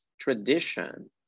tradition